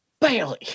Bailey